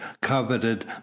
coveted